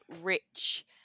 rich